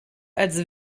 als